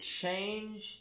change